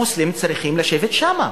מוסלמים צריכים לשבת שם.